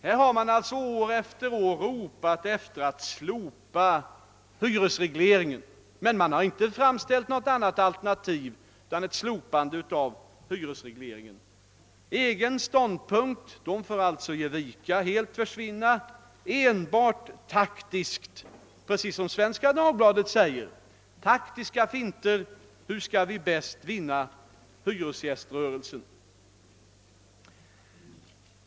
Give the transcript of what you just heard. Man har alltså år efter år ropat efter ett slopande av hyresregleringen, och man har inte ställt något annat alternativ än detta. Den egna ståndpunkten får nu alltså ge vika och helt försvinna i diskussionen, och man handlar enbart taktiskt. Det är precis som Svenska Dagbladet framhåller fråga om taktiska finter i syfte att utröna hur man bäst skall vinna hyresgäströrelsen.